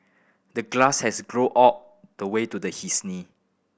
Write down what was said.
the grass had grown all the way to his knee